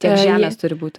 tiek žemės turi būti